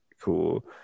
cool